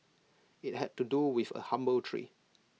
IT had to do with A humble tree